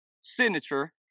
signature